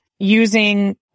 Using